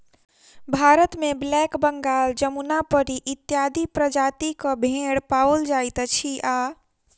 भारतमे ब्लैक बंगाल, जमुनापरी इत्यादि प्रजातिक भेंड़ पाओल जाइत अछि आ